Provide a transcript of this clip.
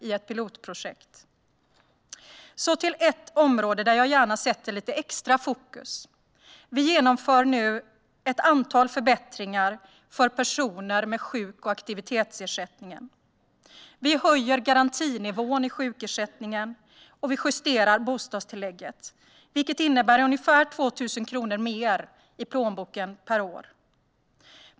Jag går över till ett område jag gärna sätter lite extra fokus på. Vi genomför nu ett antal förbättringar för personer med sjuk och aktivitetsersättning. Vi höjer garantinivån i sjukersättningen, och vi justerar bostadstillägget. Det innebär ungefär 2 000 kronor mer i plånboken per år.